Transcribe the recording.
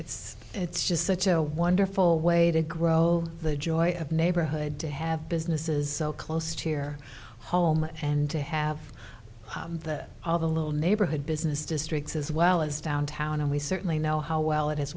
it's it's just such a wonderful way to grow the joy of neighborhood to have businesses close to your home and to have all the little neighborhood business districts as well as downtown and we certainly know how well it has